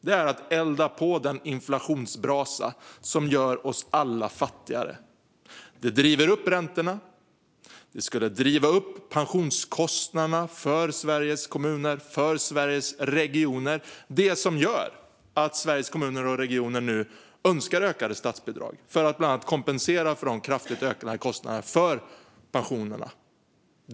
Det är att elda på den inflationsbrasa som gör oss alla fattigare. Det driver upp räntorna. Det skulle driva upp pensionskostnaderna för Sveriges kommuner och regioner. Det är detta som gör att Sveriges kommuner och regioner nu önskar ökade statsbidrag - för att bland annat kompensera för de kraftigt ökade kostnaderna för pensionerna.